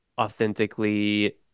authentically